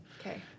Okay